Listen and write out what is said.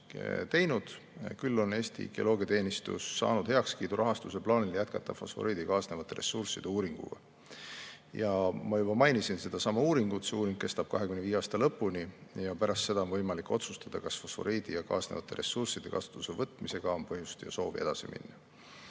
teinud. Küll on Eesti Geoloogiateenistus saanud heakskiidu koos rahastuse plaaniga jätkata fosforiidiga kaasnevate ressursside uuringut. Ma juba mainisin seda uuringut, see uuring kestab 2025. aasta lõpuni. Pärast seda on võimalik otsustada, kas fosforiidi ja kaasnevate ressursside kasutusele võtmisega on põhjust ja soovi edasi minna.